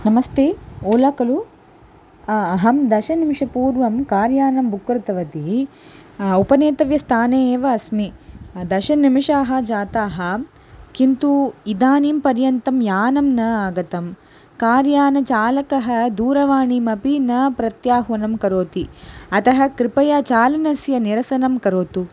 नमस्ते ओला खलु आ अहं दशनिमेषपूर्वं कार्यानं बुक् कृतवती उपनेतव्यस्थाने एव अस्मि दशनिमेषाः जाताः किन्तु इदानीं पर्यन्तं यानं न आगतं कार्यानचालकः दूरवाणीमपि न प्रत्याह्वानं करोति अतः कृपया चालनस्य निरसनं करोतु